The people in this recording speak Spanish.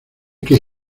que